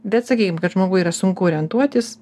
bet sakykim kad žmogui yra sunku orientuotis